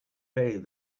pain